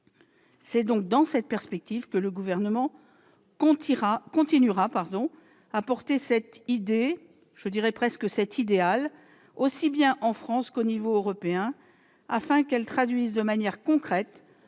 C'est dans cette perspective que le Gouvernement continuera à défendre cette idée, pour ne pas dire cet idéal, aussi bien en France qu'à l'échelon européen, afin qu'elle traduise de manière concrète